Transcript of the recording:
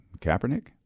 Kaepernick